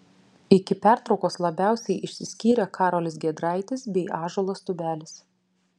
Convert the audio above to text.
iki pertraukos labiausiai išsiskyrė karolis giedraitis bei ąžuolas tubelis